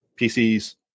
PCs